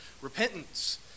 repentance